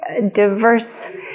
diverse